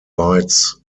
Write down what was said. bites